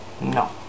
no